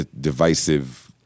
divisive